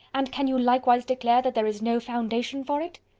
and can you likewise declare, that there is no foundation for it?